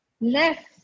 left